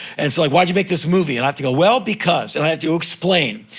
and so like, why'd you make this movie? and i have to go, well, because, and i have to explain,